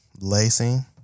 lacing